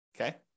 Okay